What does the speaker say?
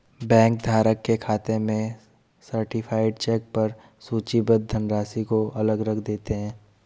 bank धारक के खाते में सर्टीफाइड चेक पर सूचीबद्ध धनराशि को अलग रख देते हैं